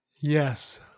Yes